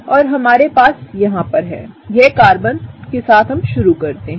और जो हमारे यहां पर हैहम कार्बन के साथ शुरू करते हैं